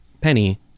Penny